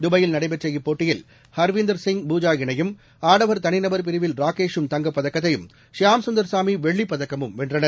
துபாயில் நடைபெற்ற இப்போட்டியில் ஹர்விந்தர் சிங் பூஜா இணையும் ஆடவர் தனிறபர் பிரிவில் ராகேஷும் தங்கப் பதக்கத்தையும் ஷியாம் சுந்தர் சாமிவெள்ளிப் பதக்கமும் வென்றனர்